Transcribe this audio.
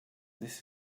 this